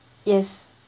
yes